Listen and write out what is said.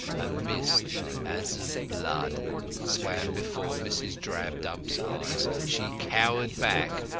a mist as of blood swam before mrs. drabdump's eyes. she cowered back,